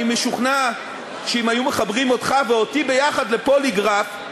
אני משוכנע שאם היו מחברים אותך ואותי ביחד לפוליגרף,